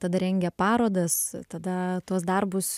tada rengia parodas tada tuos darbus